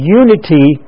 unity